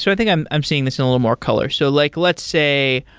so i think i'm i'm seeing this in a little more color. so like let's say,